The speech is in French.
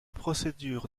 procédure